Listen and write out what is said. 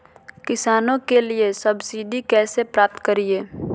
किसानों के लिए सब्सिडी कैसे प्राप्त करिये?